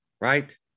right